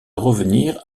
revenir